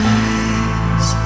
eyes